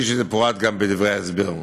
וזה פורט גם בדברי ההסבר.